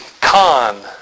Con